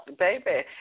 baby